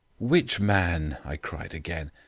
which man? i cried again,